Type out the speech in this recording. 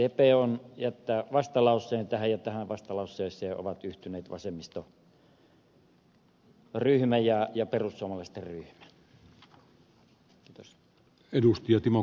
sdp jätti vastalauseen tähän ja tähän vastalauseeseen ovat yhtyneet vasemmistoliiton ryhmä ja perussuomalaisten ryhmä